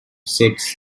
sets